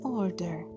order